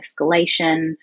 escalation